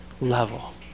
level